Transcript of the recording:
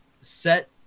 set